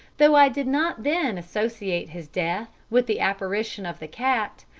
though i did not then associate his death with the apparition of the cat,